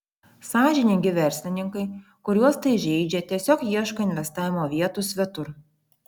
sąžiningi verslininkai kuriuos tai žeidžia tiesiog ieško investavimo vietų svetur